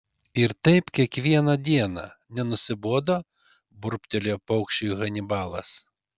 ir taip kiekvieną dieną nenusibodo burbtelėjo paukščiui hanibalas